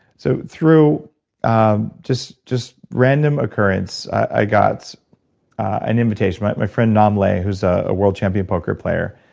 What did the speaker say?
so through um just just random occurrence, i got an invitation. my my friend nam le, who's a worldchampion poker player,